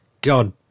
God